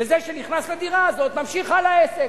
וזה שנכנס לדירה הזאת ממשיך הלאה עסק.